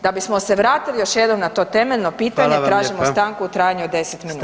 Da bismo se vratili još jednom na to temeljno pitanje [[Upadica predsjednik: Hvala vam lijepa.]] tražimo stanku u trajanju od 10 minuta.